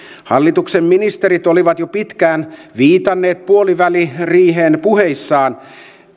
hallituksen ministerit olivat jo pitkään viitanneet puoliväliriiheen puheissaan